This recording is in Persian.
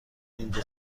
اینجا